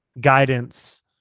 guidance